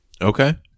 Okay